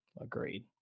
agreed